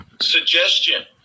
suggestion